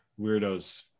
weirdo's